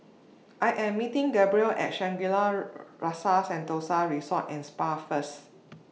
I Am meeting Gabrielle At Shangri La's Rasa Sentosa Resort and Spa First